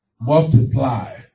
multiply